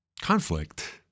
conflict